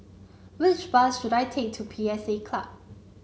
which bus should I take to P S A Club